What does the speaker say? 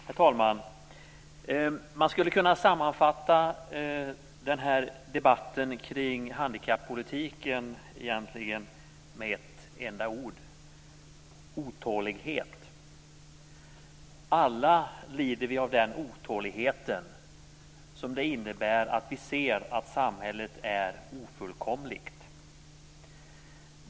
Herr talman! Man skulle egentligen kunna sammanfatta debatten om handikappolitiken med ett enda ord - otålighet. Alla lider vi av den otåligheten. Den innebär att vi ser att samhället är ofullkomligt.